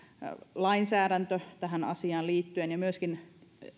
lainsäädäntö tähän asiaan liittyen ja myöskin